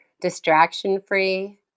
distraction-free